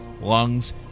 lungs